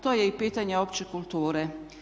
To je i pitanje opće kulture.